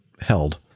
held